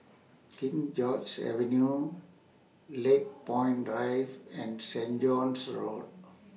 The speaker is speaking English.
King George's Avenue Lakepoint Drive and Saint John's Road